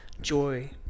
joy